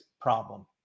problem